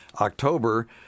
October